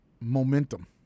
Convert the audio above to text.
momentum